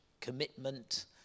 commitment